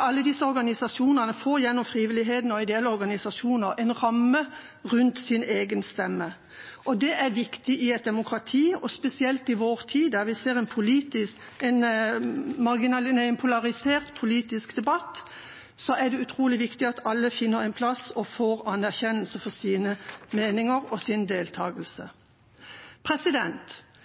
alle disse organisasjonene får gjennom frivilligheten og ideelle organisasjoner en ramme rundt sin egen stemme, og det er viktig i et demokrati. Spesielt i vår tid, der vi ser en polarisert politisk debatt, er det utrolig viktig at alle finner en plass og får anerkjennelse for sine meninger og sin deltakelse.